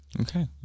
Okay